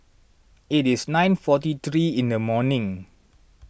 it is nine forty three in the morning